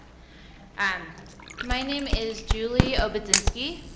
and my name is julia ah but lipinski,